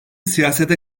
siyasete